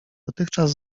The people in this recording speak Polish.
dotychczas